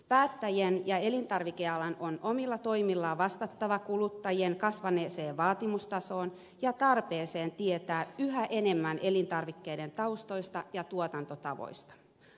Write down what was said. päättäjien ja elintarvikealan on omilla toimillaan vastattava kuluttajien kasvaneeseen vaatimustasoon ja tarpeeseen tietää yhä enemmän elintarvikkeiden taustoista ja tuotantotavoista